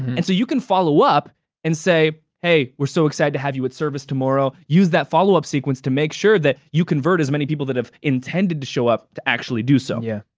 and so you can follow up and say, hey, we're so excited to have you at service tomorrow. use that follow up sequence to make sure that you convert as many people that have intended to show up to actually do so. yeah.